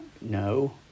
No